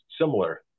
similar